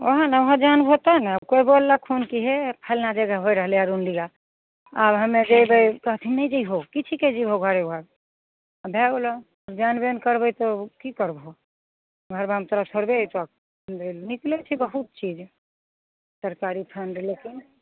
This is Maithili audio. ओहए ने ओहए जहन होतो ने केओ बोललखून कि हे फल्लाँ जगह होइ रहलै रुनलिया आओर हमे जइबै कहथिन नहि जैहो की छिकै जइबो घरे घर भए गेलो जानबे नहि करबै तऽ की करबहो घर बारमे तोरा थोड़बे ऐतौ दैला निकलै छै बहुत चीज सरकारी फंड लेकिन